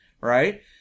right